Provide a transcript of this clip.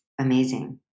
amazing